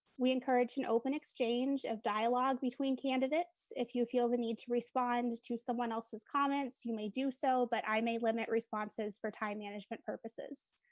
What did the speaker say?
we encourage an open exchange of dialogue between candidates. if you feel the need to respond to someone else's comments you may do so, but i may limit responses for time management purposes.